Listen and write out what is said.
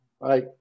Bye